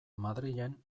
madrilen